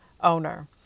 owner